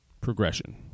progression